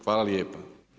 Hvala lijepa.